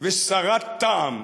וסרת טעם.